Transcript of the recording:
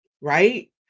right